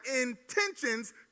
intentions